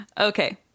Okay